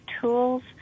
tools